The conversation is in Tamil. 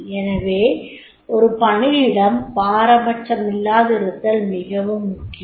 எனவே ஒரு பணியிடம் பாரபச்சமில்லாதிருத்தல் மிகவும் முக்கியம்